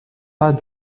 pas